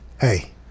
Hey